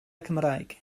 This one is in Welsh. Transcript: cymraeg